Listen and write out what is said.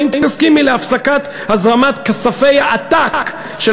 האם תסכימי להפסקת הזרמת כספי עתק של